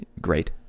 great